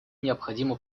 необходимо